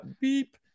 beep